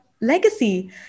legacy